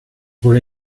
were